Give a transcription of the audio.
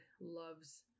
loves